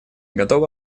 готова